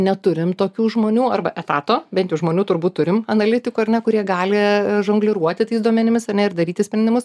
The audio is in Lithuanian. neturim tokių žmonių arba etato bent jau žmonių turbūt turim analitikų ar ne kurie gali žongliruoti tais duomenimis ar ne ir daryti sprendimus